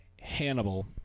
Hannibal